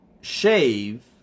shave